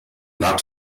not